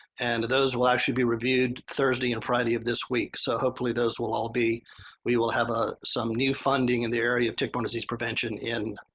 and those will actually be reviewed thursday and friday of this week. so, hopefully those will all be we will have ah some new funding in the area of tick-borne disease prevention in